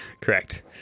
Correct